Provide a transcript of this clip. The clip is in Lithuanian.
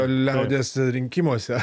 liaudies rinkimuose